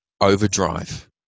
overdrive